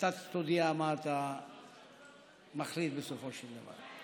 אתה תודיע מה אתה מחליט בסופו של דבר.